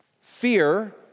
fear